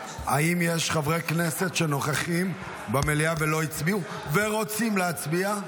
האם יש חברי כנסת שנוכחים במליאה ולא הצביעו ורוצים להצביע?